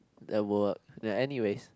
that work and anyway